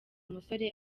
musore